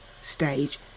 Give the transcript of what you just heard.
stage